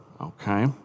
okay